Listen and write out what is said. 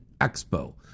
Expo